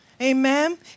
Amen